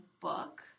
book